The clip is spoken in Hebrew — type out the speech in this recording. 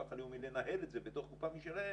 הלאומי לנהל את זה בתוך קופה משלהם,